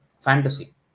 fantasy